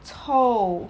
臭